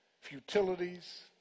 futilities